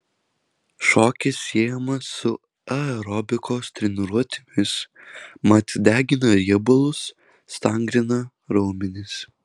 šokis siejamas su aerobikos treniruotėmis mat degina riebalus stangrina raumenis